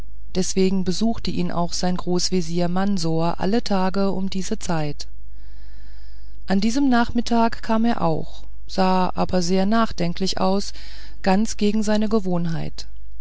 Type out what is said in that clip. deswegen besuchte ihn auch sein großvezier mansor alle tage um diese zeit an diesem nachmittag nun kam er auch sah aber sehr nachdenklich aus ganz gegen seine gewohnheit